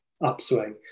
upswing